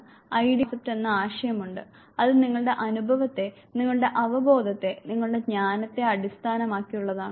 അതിനാൽ നിങ്ങൾക്ക് self concept എന്ന ആശയം ഉണ്ട് അത് നിങ്ങളുടെ അനുഭവത്തെ നിങ്ങളുടെ അവബോധത്തെ നിങ്ങളുടെ ജ്ഞാനത്തെ അടിസ്ഥാനമാക്കിയുള്ളതാണ്